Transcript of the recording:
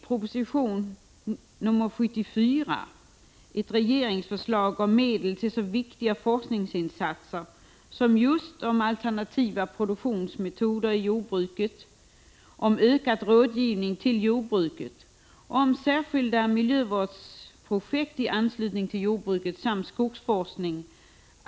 Proposition 74 är ett regeringsförslag om medel till så viktiga forskningsinsatser som just om alternativa produktionsmetoder i jordbruket, om ökad rådgivning till jordbruket och om särskilda miljövårdsprojekt i anslutning till jordbruket samt om skogsforskning.